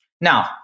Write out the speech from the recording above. Now